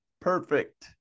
perfect